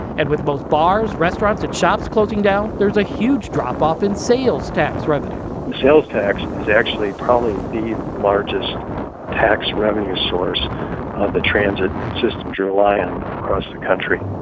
and with most bars, restaurants and shops closing down, there's a huge drop-off in sales tax revenue sales tax is actually probably the largest tax revenue source the transit systems rely on across the country